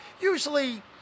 Usually